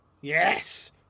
Yes